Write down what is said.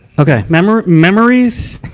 okay. memor, memories?